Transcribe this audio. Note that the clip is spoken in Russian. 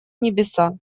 небеса